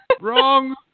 Wrong